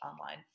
online